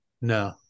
No